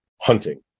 hunting